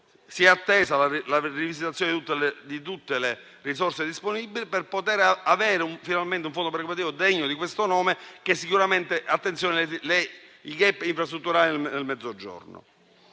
si è attesa la rivisitazione di tutte le risorse disponibili per poter avere finalmente un Fondo perequativo degno di questo nome che sicuramente attenziona i *gap* infrastrutturali nel Mezzogiorno.